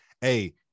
hey